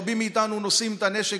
רבים מאיתנו נושאים את הנשק,